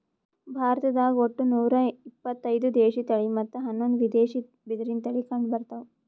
ಭಾರತ್ದಾಗ್ ಒಟ್ಟ ನೂರಾ ಇಪತ್ತೈದು ದೇಶಿ ತಳಿ ಮತ್ತ್ ಹನ್ನೊಂದು ವಿದೇಶಿ ಬಿದಿರಿನ್ ತಳಿ ಕಂಡಬರ್ತವ್